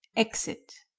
exit